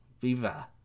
Viva